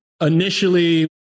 initially